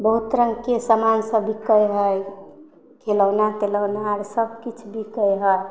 बहुत रङ्गके समान सब बिकै हइ खेलौना तेलौना आओर सब किछु बिकै हइ